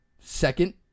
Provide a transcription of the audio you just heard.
second